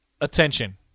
attention